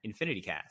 InfinityCast